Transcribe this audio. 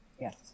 Yes